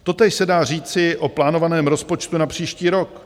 Totéž se dá říci o plánovaném rozpočtu na příští rok.